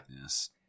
Yes